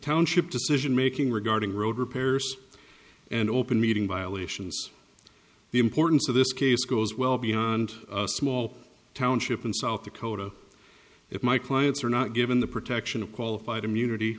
township decision making regarding road repairs and open meeting violations the importance of this case goes well beyond a small township in south dakota if my clients are not given the protection of qualified immunity